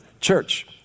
Church